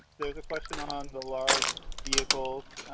there's a question on the large vehicles.